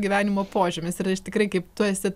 gyvenimo požymis ir aš tikrai kaip tu esi